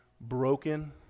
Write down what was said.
broken